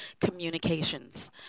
Communications